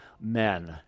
men